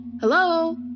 Hello